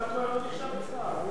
השר כהן לא נחשב אצלך?